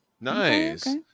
Nice